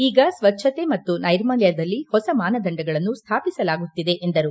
ಈಗ ಸ್ವಚ್ಛತೆ ಮತ್ತು ನೈರ್ಮಲ್ಕದಲ್ಲಿ ಹೊಸ ಮಾನದಂಡಗಳನ್ನು ಸ್ಥಾಪಿಸಲಾಗುತ್ತಿದೆ ಎಂದರು